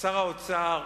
שר האוצר